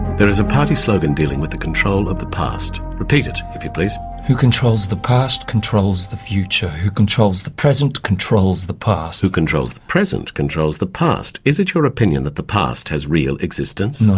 there is a party slogan dealing with the control of the past, repeat it, if you please. who controls the past controls the future who controls the present controls the past. who controls the present controls the past. is it your opinion that the past has real existence? no.